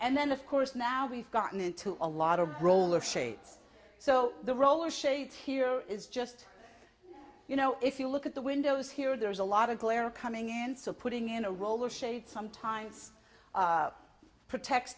and then of course now we've gotten into a lot of roller shades so the rollers shade here is just you know if you look at the windows here there's a lot of glare coming in so putting in a roller shaped sometimes protects